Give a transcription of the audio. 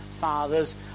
father's